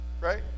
Right